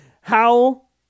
Howl